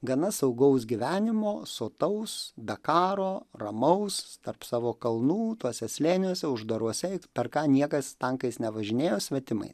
gana saugaus gyvenimo sotaus be karo ramaus tarp savo kalnų tuose slėniuose uždaruose eiti per ką niekas tankais nevažinėjo svetimais